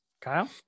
Kyle